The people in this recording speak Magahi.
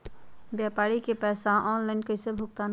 व्यापारी के पैसा ऑनलाइन कईसे भुगतान करी?